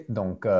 donc